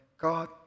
God